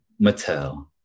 mattel